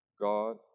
God